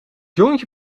jongetje